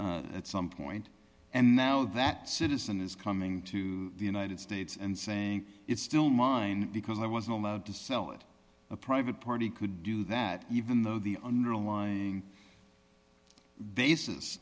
client at some point and now that citizen is coming to the united states and saying it's still mine because i was not allowed to sell it a private party could do that even though the underlying basis